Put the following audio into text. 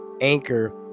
Anchor